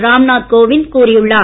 ராம்நாத் கோவிந்த் கூறியுள்ளார்